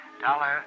Dollar